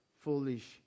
foolish